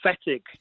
pathetic